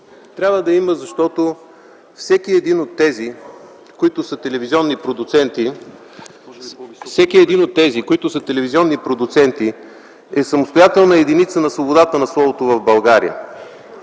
Трябва да я има, защото всеки един от телевизионните продуценти е самостоятелна единица на свободата на словото в България.